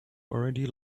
already